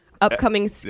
upcoming